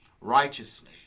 righteously